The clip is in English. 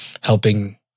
helping